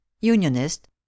Unionist